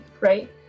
right